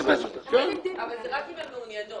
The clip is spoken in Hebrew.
--- אבל זה רק אם הן מעוניינות.